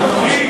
לא, לא בשכר.